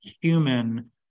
human